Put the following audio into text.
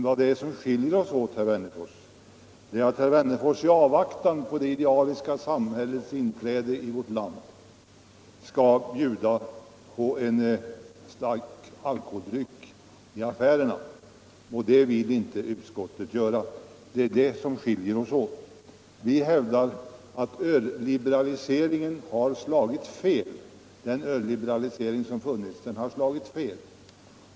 Vad som skiljer oss åt, herr Wennerfors, är att herr Wennerfors i avvaktan på det idealiska samhällets inträde i vårt land vill bjuda på en stark alkoholdryck i affärerna. Och det vill inte utskottet göra. Det är det som skiljer oss åt. Vi hävdar att den ölliberalisering som funnits har slagit fel.